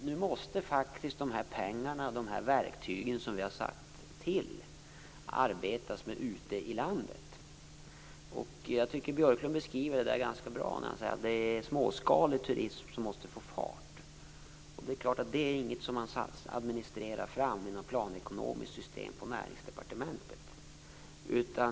Nu måste det faktiskt arbetas ute i landet med de pengar och de verktyg som vi har skaffat fram. Jag tycker att Björklund beskriver detta ganska bra när han säger att det är småskalig turism som måste få fart. Det är inget som man administrerar fram i något planekonomiskt system på Näringsdepartementet.